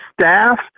staff